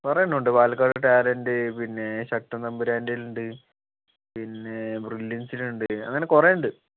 കുറേയെണ്ണമുണ്ട് Palakkad talent പിന്നെ ശക്തൻ തമ്പുരാൻറ്റേൽ ഉണ്ട് പിന്നെ ബ്രില്ലിയൺസിലുണ്ട് അങ്ങനെ കുറെയുണ്ട്